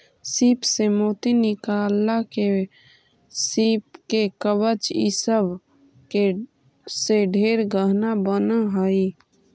सीप से मोती निकालला के बाद सीप के कवच ई सब से ढेर गहना बन हई